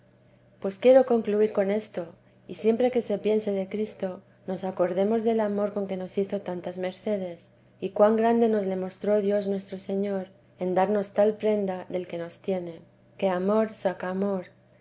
pues quiero concluir con esto que siempre que se piense de cristo nos acordemos del amor con que nos hizo tantas mercedes y cuan grande nos le mostró dios nuestro señor en darnos tal prenda del que nos tiene que amor saca